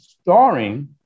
starring